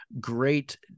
great